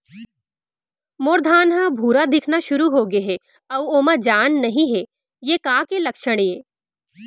मोर धान ह भूरा दिखना शुरू होगे हे अऊ ओमा जान नही हे ये का के लक्षण ये?